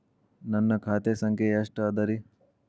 ನನ್ನ ಖಾತೆ ಸಂಖ್ಯೆ ಎಷ್ಟ ಅದರಿ?